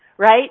right